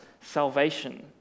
salvation